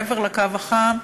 מעבר לקו החם,